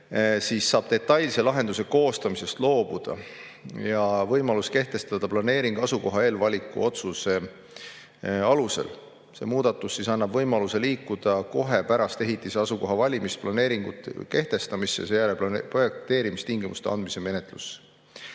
juhtudel detailse lahenduse koostamisest loobuda ja on võimalik kehtestada planeering asukoha eelvaliku otsuse alusel. See muudatus annab võimaluse liikuda kohe pärast ehitise asukoha valimist planeeringute kehtestamise [etappi] ja seejärel projekteerimistingimuste andmise menetluse